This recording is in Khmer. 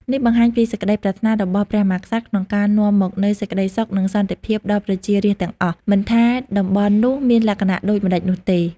នេះបង្ហាញពីសេចក្តីប្រាថ្នារបស់ព្រះមហាក្សត្រក្នុងការនាំមកនូវសេចក្តីសុខនិងសន្តិភាពដល់ប្រជារាស្ត្រទាំងអស់ មិនថាតំបន់នោះមានលក្ខណៈដូចម្ដេចនោះទេ។